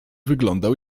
wyglądał